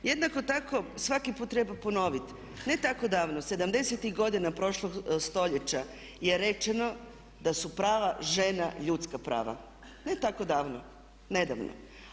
Jednako tako svaki put treba ponoviti, ne tako davno 70.tih godina prošlog stoljeća je rečeno da su prava žena ljudska prava, ne tako davno, nedavno.